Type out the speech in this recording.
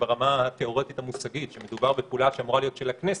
ברמה התיאורטית המושגית שמדובר בפעולה שאמורה להיות של הכנסת.